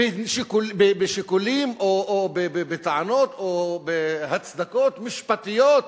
בשיקולים או בטענות או בהצדקות משפטיות,